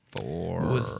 four